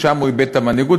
שם הוא איבד את המנהיגות,